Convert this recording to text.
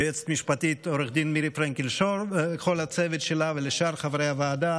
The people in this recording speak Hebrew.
ליועצת המשפטית עו"ד מירי פרנקל שור ולכל הצוות שלה ולשאר חברי הוועדה,